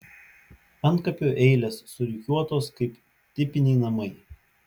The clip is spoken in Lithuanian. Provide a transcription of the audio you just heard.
antkapių eilės surikiuotos kaip tipiniai namai